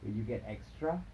when you get extra